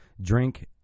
Drink